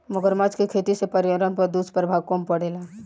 मगरमच्छ के खेती से पर्यावरण पर दुष्प्रभाव कम पड़ेला